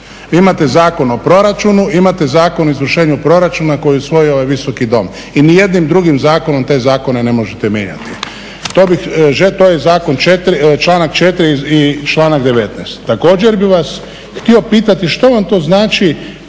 imate Zakon o proračunu, imate Zakon o izvršenju proračuna koji je usvojio ovaj Visoki dom i niti jednim drugim zakonom te zakone ne možete mijenjati. To je članak 4. i članak 19.. Također bih vas htio pitati što sam to znači